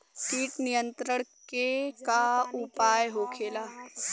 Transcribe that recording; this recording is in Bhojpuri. कीट नियंत्रण के का उपाय होखेला?